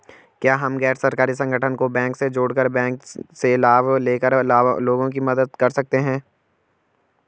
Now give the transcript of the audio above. क्या हम गैर सरकारी संगठन को बैंक से जोड़ कर बैंक से लाभ ले कर लोगों की मदद कर सकते हैं?